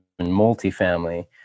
multifamily